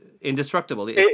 indestructible